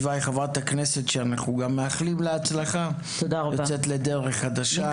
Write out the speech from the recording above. הכנסת אורנה ברביבאי שאנחנו גם מאחלים לה הצלחה לצאת לדרך חדשה.